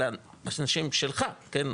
אנשים שלך, כן?